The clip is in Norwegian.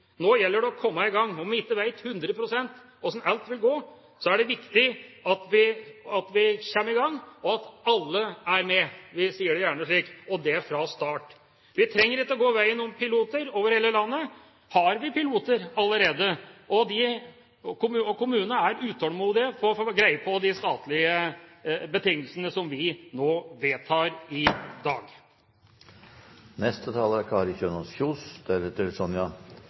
Nå gjelder det å komme i gang. Om vi ikke vet hundre prosent hvordan alt vil gå, er det viktig at vi kommer i gang, og at alle er med – vi sier det gjerne slik – og det fra start. Vi trenger ikke å gå veien om piloter over hele landet. Vi har piloter allerede, og kommunene er utålmodige etter å få greie på de statlige betingelsene som vi nå vedtar i dag. Samhandling er